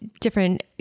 different